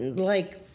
and like,